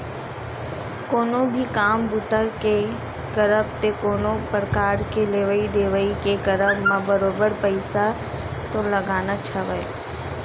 कोनो भी काम बूता के करब ते कोनो परकार के लेवइ देवइ के करब म बरोबर पइसा तो लगनाच हवय